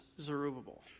Zerubbabel